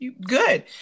Good